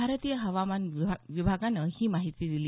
भारतीय हवामान विभागानं ही माहिती दिली